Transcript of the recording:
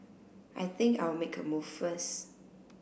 I think I'll make a move first